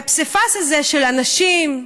הפסיפס הזה של אנשים,